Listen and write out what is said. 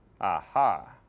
Aha